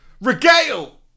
regale